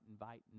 invite